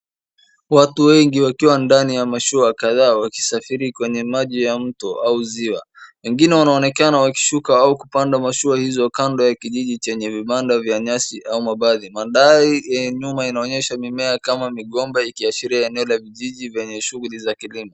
Watu wengi wakiwa ndani ya mashua kadhaa wakisafiri kwenye maji ya mto au ziwa. Wengine wanaonekana wakishuka au kupanda mashua hizo kando ya kijiji chenye vibanda vya nyasi au mabati. Mandhari yenye nyumba inaonyesha mimea kama migomba ikiashiria eneo la vijiji venye shughuli za kilimo.